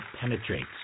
penetrates